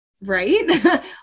right